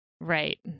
Right